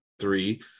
three